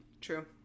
true